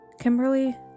Kimberly